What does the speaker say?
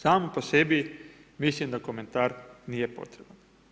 Sam po sebi mislim da komentar nije potreban.